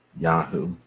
Yahoo